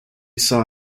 saw